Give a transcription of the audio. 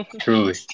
truly